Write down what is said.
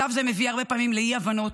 מצב זה מביא הרבה פעמים לאי-הבנות,